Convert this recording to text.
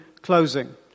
closing